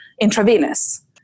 intravenous